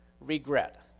regret